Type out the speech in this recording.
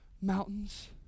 mountains